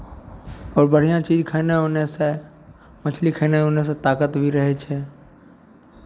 आओर बढ़िआँ चीज खयने उनैसँ मछली खयने उनैसँ ताकत भी रहै छै